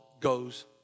goes